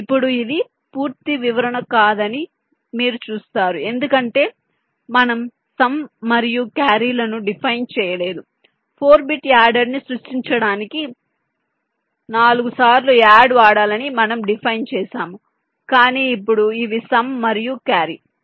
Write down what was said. ఇప్పుడు ఇది పూర్తి వివరణ కాదని మీరు చూస్తారు ఎందుకంటే మనం సమ్ మరియు క్యారీలను డిఫైన్ చేయలేదు 4 బిట్ యాడర్ని సృష్టించడానికి 4 సార్లు యాడ్ వాడాలని మనం డిఫైన్ చేసాము కానీ ఇప్పుడు ఇవి సమ్ మరియు క్యారీ